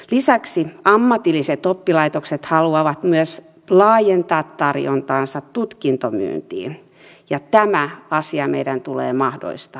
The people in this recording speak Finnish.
lisäksi ammatilliset oppilaitokset haluavat myös laajentaa tarjontaansa tutkintomyyntiin ja tämä asia meidän tulee mahdollistaa